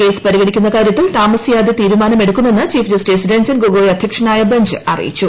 case പരിഗണിക്കുന്ന കാര്യത്തിൽ താമസിക്കാതെ തീരുമാനമെടുക്കുമെന്ന് ചീഫ് ജസ്റ്റിസ്രഞ്ജൻ ഗൊഗോയി അധ്യക്ഷനായ ബഞ്ച് അറിയിച്ചു